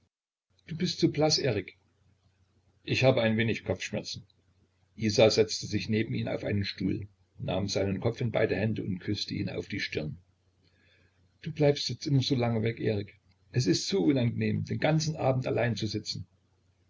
du bist so blaß erik ich habe ein wenig kopfschmerzen isa setzte sich neben ihn auf einen stuhl nahm seinen kopf in beide hände und küßte ihn auf die stirn du bleibst jetzt immer so lange weg erik es ist so unangenehm den ganzen abend allein zu sitzen